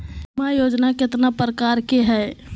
बीमा योजना केतना प्रकार के हई हई?